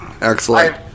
Excellent